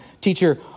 teacher